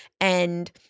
And-